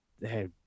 hey